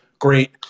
great